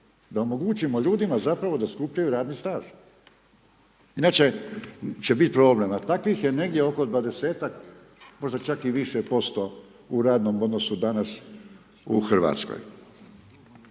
Da omogućimo ljudima zapravo da skupljaju radni staž, inače će biti problem. A takvih je negdje oko dvadesetak možda čak i više posto u radnom odnosu danas u Hrvatskoj.